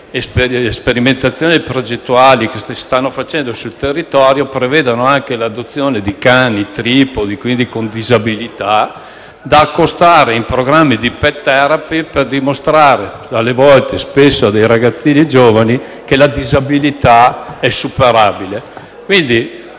sperimentazioni progettuali che si sta facendo sul territorio prevede l'adozione di cani tripodi, quindi con disabilità, da accostare in programmi di *pet therapy*, per dimostrare ai ragazzi giovani che la disabilità è superabile.